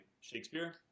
Shakespeare